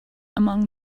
among